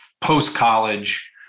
post-college